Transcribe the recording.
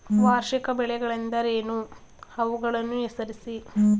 ವಾರ್ಷಿಕ ಬೆಳೆಗಳೆಂದರೇನು? ಅವುಗಳನ್ನು ಹೆಸರಿಸಿ?